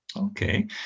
Okay